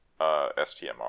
STMR